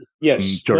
yes